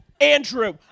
Andrew